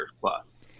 plus